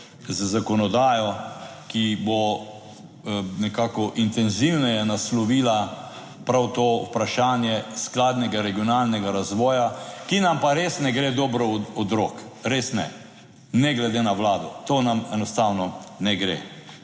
z zakonodajo, ki bo nekako intenzivneje naslovila prav to vprašanje skladnega regionalnega razvoja, ki nam pa res ne gre dobro od rok, res ne, ne glede na Vlado. To nam enostavno ne gre.